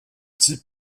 type